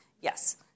Yes